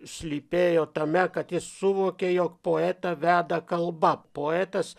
slypėjo tame kad jis suvokė jog poetą veda kalba poetas